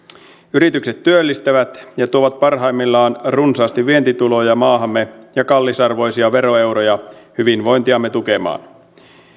yritykset työllistävät ja tuovat parhaimmillaan runsaasti vientituloja maahamme ja kallisarvoisia veroeuroja hyvinvointiamme tukemaan